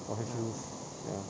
or have you ya